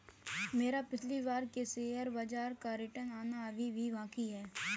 मेरा पिछली बार के शेयर बाजार का रिटर्न आना अभी भी बाकी है